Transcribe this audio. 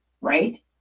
right